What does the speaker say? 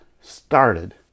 started